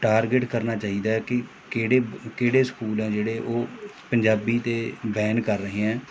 target ਕਰਨਾ ਚਾਹੀਦਾ ਏ ਕਿ ਕਿਹੜੇ ਕਿਹੜੇ ਸਕੂਲ ਆ ਜਿਹੜੇ ਉਹ ਪੰਜਾਬੀ 'ਤੇ ਬੈਨ ਕਰ ਰਹੇ ਹੈ